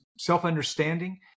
Self-understanding